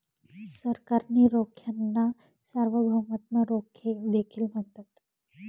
सरकारी रोख्यांना सार्वभौमत्व रोखे देखील म्हणतात